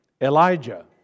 Elijah